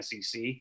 sec